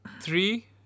Three